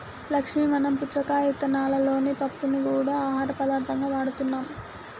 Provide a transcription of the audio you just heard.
లక్ష్మీ మనం పుచ్చకాయ ఇత్తనాలలోని పప్పుని గూడా ఆహార పదార్థంగా వాడుతున్నాం